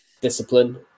discipline